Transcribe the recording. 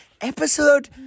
episode